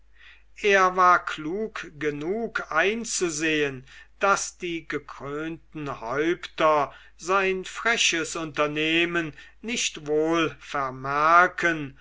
er war klug genug einzusehen daß die gekrönten häupter sein freches unternehmen nicht wohl vermerken